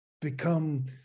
become